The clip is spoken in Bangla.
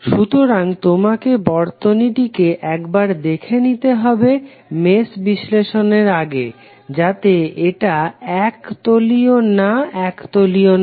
সুতরাং তোমাকে বর্তনীটিকে একবার দেখে নিতে হবে মেশ বিশ্লেষণের আগে যাতে এটা এক তলীয় না এক তলীয় নয়